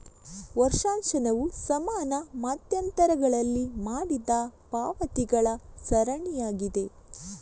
ವರ್ಷಾಶನವು ಸಮಾನ ಮಧ್ಯಂತರಗಳಲ್ಲಿ ಮಾಡಿದ ಪಾವತಿಗಳ ಸರಣಿಯಾಗಿದೆ